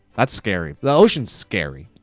that's scary, the ocean's scary.